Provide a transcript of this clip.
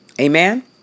Amen